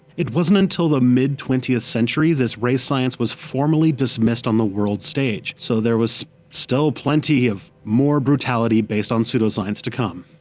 it wasn't until the mid twentieth century this race science was formally dismissed on the world stage, so there was still plenty of more brutality based on pseudoscience to come.